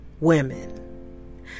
women